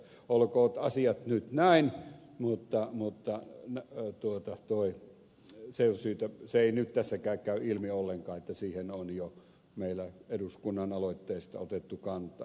olkoot asiat nyt näin mutta se ei nyt tässäkään käy ilmi ollenkaan että siihen on jo meidän eduskunnan aloitteesta otettu kantaa